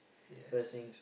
yes